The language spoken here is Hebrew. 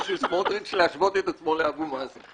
של סמוטריץ להשוות עצמו לאבו מאזן.